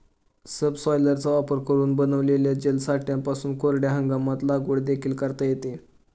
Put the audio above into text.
सबसॉयलरचा वापर करून बनविलेल्या जलसाठ्यांपासून कोरड्या हंगामात लागवड देखील करता येते